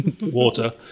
water